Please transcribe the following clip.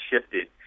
shifted